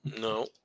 No